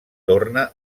torna